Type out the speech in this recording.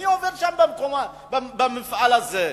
מי עובד שם במפעל הזה?